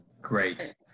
Great